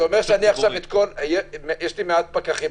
יש לי מעט פקחים,